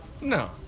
No